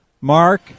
Mark